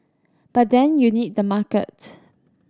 but then you need the market